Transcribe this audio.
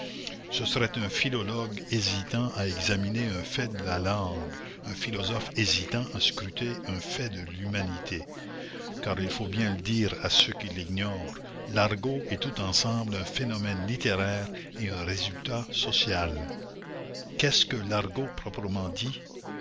ce serait un philologue hésitant à examiner un fait de la langue un philosophe hésitant à scruter un fait de l'humanité car il faut bien le dire à ceux qui l'ignorent l'argot est tout ensemble un phénomène littéraire et un résultat social qu'est-ce que l'argot proprement dit